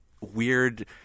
weird